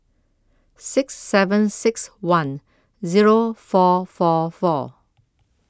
six seven six one Zero four four four